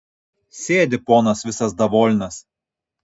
sėdi ponas visas davolnas